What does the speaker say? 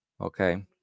Okay